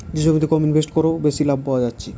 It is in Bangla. যে জমিতে কম ইনভেস্ট কোরে বেশি লাভ পায়া যাচ্ছে